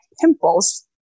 pimples